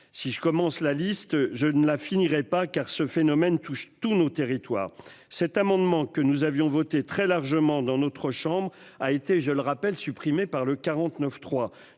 Si je commence la liste je ne la finirait pas car ce phénomène touche tous nos territoires cet amendement que nous avions voté très largement dans notre chambre a été, je le rappelle, supprimée par le 49.3.